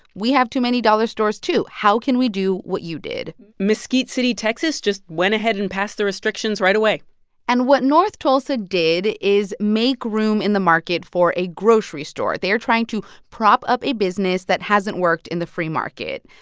we have too many dollar stores, too. how can we do what you did? mesquite city, texas, just went ahead and passed the restrictions right away and what north tulsa did is make room in the market for a grocery store. they are trying to prop up a business that hasn't worked in the free market.